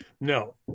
No